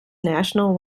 national